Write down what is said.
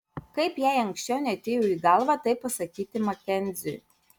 kaip jai anksčiau neatėjo į galvą tai pasakyti makenziui